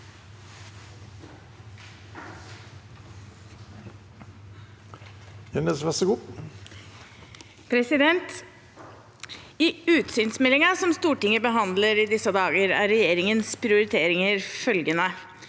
I utsynsmeldin- gen, som Stortinget behandler i disse dager, er regjeringens prioriteringer følgende: